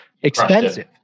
expensive